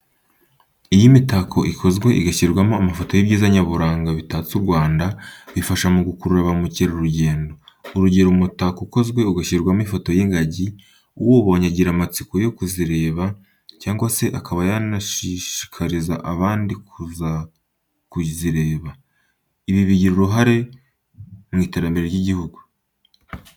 Iyo imitako ikozwe igashyirwamo amafoto y'ibyiza nyaburanga bitatse u Rwanda, bifasha mu gukurura ba mukerarugendo. Urugero, umutako ukozwe ugashyirwamo ifoto y'ingagi, uwubonye agira amatsiko yo kuzireba cyangwa se akaba yanashishikariza abandi kujya kuzireba, ibi bigira uruhare mu iterambere ry'igihugu.